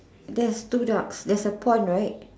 there's two ducks there's a pond right